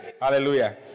Hallelujah